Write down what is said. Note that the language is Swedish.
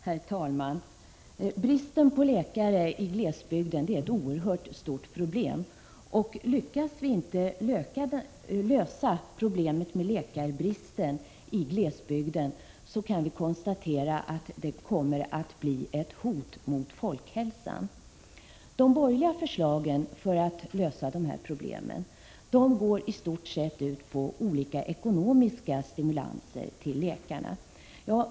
Herr talman! Bristen på läkare i glesbygden är ett oerhört stort problem. Lyckas vi inte lösa detta problem, så kommer det att bli ett hot mot folkhälsan. De borgerliga förslagen för att lösa problemen på detta område går i stort sett ut på olika ekonomiska stimulanser till läkarna.